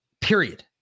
period